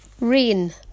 Rain